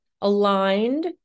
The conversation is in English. aligned